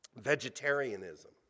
vegetarianism